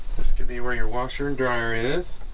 this could be where your washer and dryer it is